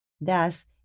Thus